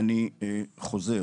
הזאת,